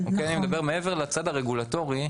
אני מדבר מעבר לצד הרגולטורי,